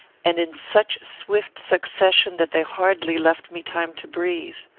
and in such swift succession that they hardly left me time to breathe.